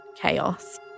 chaos